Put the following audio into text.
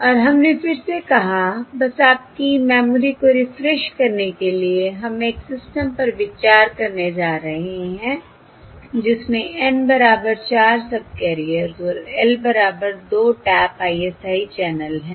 और हमने फिर से कहा बस आपकी मेमोरी को रीफ्रेश करने के लिए हम एक सिस्टम पर विचार करने जा रहे हैं जिसमें N बराबर 4 सबकैरियर्स और L बराबर 2 टैप ISI चैनल है